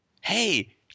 Hey